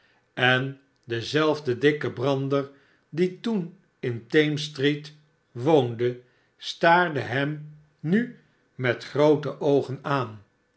en dezelfde dikke brander die toen in thames street woonde staarde hem nu met groote oogen aan